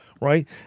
right